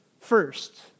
first